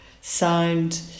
sound